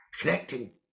Connecting